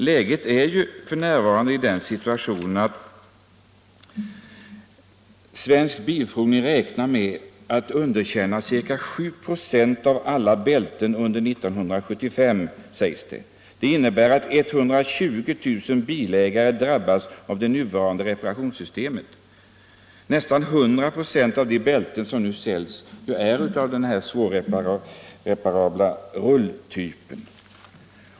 Läget är f. n. sådant att Svensk bilprovning räknar med att underkänna ca 7 96 av alla bälten under 1975, sägs det. Det innebär att 120 000 bilägare drabbas av det nuvarande reparationssystemets brister. Nästan 100 96 av de bälten som nu säljs är av den svårreparabla rullbältestypen.